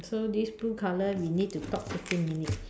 so this blue colour we need to talk fifteen minutes